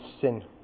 sin